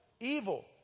evil